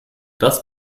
das